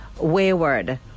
wayward